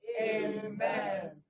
Amen